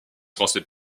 transmet